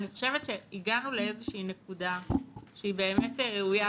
אני חושבת שהגענו לאיזושהי נקודה שהיא באמת ראויה לציון,